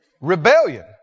Rebellion